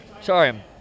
sorry